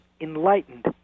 enlightened